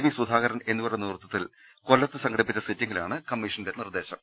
V Sudhakaran എന്നിവരുടെ നേതൃത്വത്തിൽ കൊല്ലത്ത് സംഘടിപ്പിച്ച സിറ്റിംഗിലാണ് കമ്മീഷന്റെ നിർദ്ദേശം